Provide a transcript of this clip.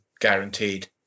guaranteed